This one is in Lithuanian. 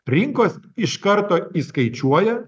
rinkos iš karto įskaičiuoja